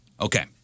Okay